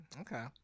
Okay